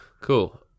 Cool